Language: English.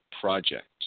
project